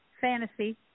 fantasy